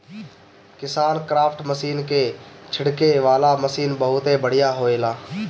किसानक्राफ्ट मशीन के छिड़के वाला मशीन बहुत बढ़िया होएला